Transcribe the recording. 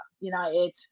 United